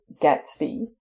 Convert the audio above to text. Gatsby